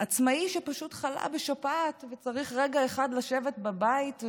עצמאי שפשוט חלה בשפעת וצריך רגע אחד לשבת בבית,